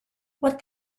what